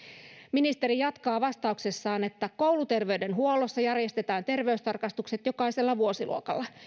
ministeri jatkaa vastauksessaan kouluterveydenhuollossa järjestetään terveystarkastukset jokaisella vuosiluokalla